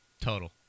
Total